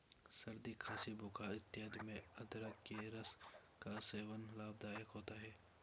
सर्दी खांसी बुखार इत्यादि में अदरक के रस का सेवन लाभदायक होता है